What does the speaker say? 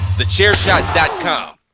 thechairshot.com